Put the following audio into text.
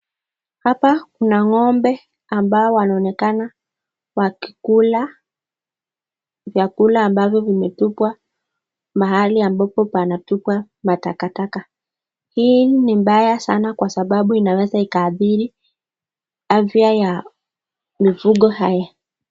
Hapa kuna ngombe amabao wanaonekana wakikula vyakula ambavyo vimetupwa mahali ambapo panatupwa matakataka hii ni mbaya sana kwa sababu inaweza ikaathiri afya ya mifugo haya.